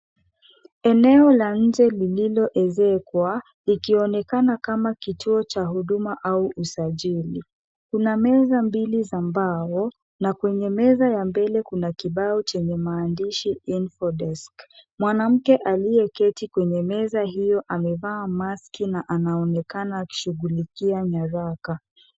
Eneo la nje lililoezekwa, likionekana kama kituo cha huduma au usajili. Kuna meza mbili za mbao na kwenye meza ya mbele kuna kibao chenye maandishi info desk . Mwanamke aliyeketi kwenye meza hiyo amevaa maski na anaonekana akishughulikia nyaraka.